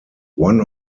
one